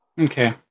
Okay